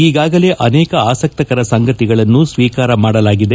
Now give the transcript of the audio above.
ಈಗಾಗಲೇ ಅನೇಕ ಆಸಕ್ಕರ ಸಂಗತಿಗಳನ್ನು ಸ್ವೀಕಾರ ಮಾಡಲಾಗಿದೆ